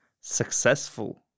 successful